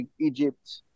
Egypt